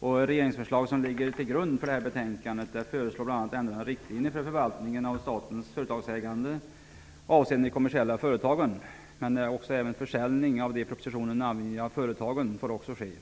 Det regeringsförslag som ligger till grund för betänkandet föreslår bl.a. ändrade riktlinjer för förvaltningen av statens företagsägande avseende de kommersiella företagen, men även försäljning av de i propositionen namngivna företagen får ske.